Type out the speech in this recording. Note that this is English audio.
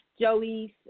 Joey's